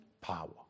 power